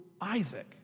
Isaac